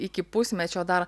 iki pusmečio dar